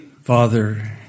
Father